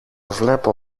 βλέπω